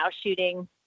shooting